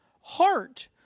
heart